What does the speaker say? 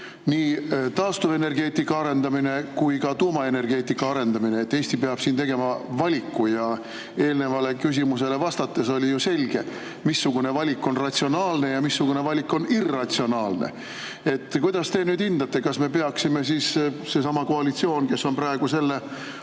nii taastuvenergeetika arendamine kui ka tuumaenergeetika arendamine, et Eesti peab tegema valiku. Eelnevale küsimusele vastates oli ju selge, missugune valik on ratsionaalne ja missugune valik on irratsionaalne. Kuidas te hindate, kas me peaksime – seesama koalitsioon, kes on praegu